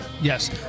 Yes